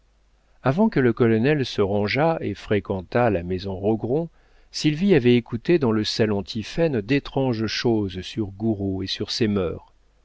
avant que le colonel se rangeât et fréquentât la maison rogron sylvie avait écouté dans le salon tiphaine d'étranges choses sur gouraud et sur ses mœurs